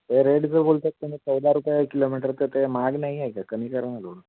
तो रेट जो बोलता तुम्ही चौदा रुपये किलोमीटर तर ते महाग नाही आहे का कमी कराना थोडं